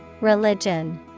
Religion